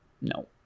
No